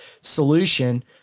solution